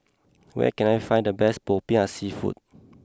where can I find the best Popiah Seafood